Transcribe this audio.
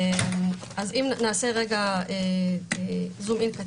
אם נעשה זום אין,